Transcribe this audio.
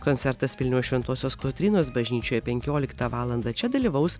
koncertas vilniaus šventosios kotrynos bažnyčioje penkioliktą valandą čia dalyvaus